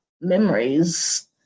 memories